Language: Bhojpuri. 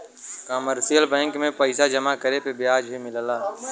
कमर्शियल बैंक में पइसा जमा करे पे ब्याज भी मिलला